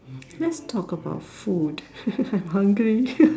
let's talk about food I'm hungry